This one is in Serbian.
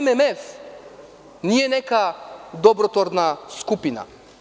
MMF nije neka dobrotvorna skupina.